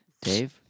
Dave